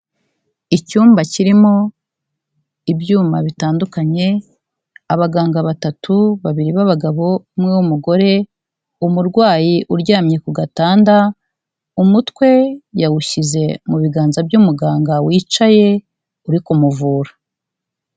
Icyumba kirimo ibyuma bitandukanye, abaganga batatu, babiri b'abagabo, umwe w'umugore, umurwayi uryamye ku gatanda, umutwe yawushyize mu biganza by'umuganga wicaye uri kumuvura.